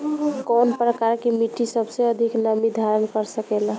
कौन प्रकार की मिट्टी सबसे अधिक नमी धारण कर सकेला?